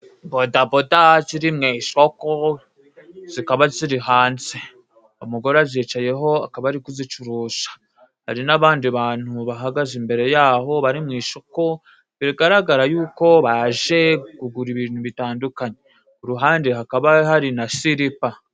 Bodaboda ziri mu ishoko zikaba ziri hanze umugore azicayeho akaba ari kuzicurusha hari n'abandi bantu bahagaze imbere yaho bari mu ishoko bigaragara yuko baje kugura ibintu bitandukanye ku ruhande hakaba hari na silipa.